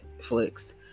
netflix